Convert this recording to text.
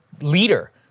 leader